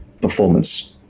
performance